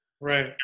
Right